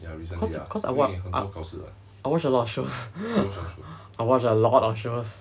cause cause I watch I I watch a lot shows I watch a lot of shows